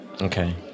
Okay